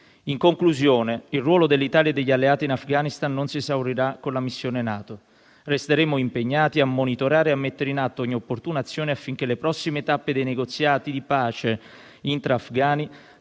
In conclusione, il ruolo dell'Italia e degli alleati in Afghanistan non si esaurirà con la missione NATO. Resteremo impegnati a monitorare e a mettere in atto ogni opportuna azione affinché le prossime tappe dei negoziati di pace intra-afghani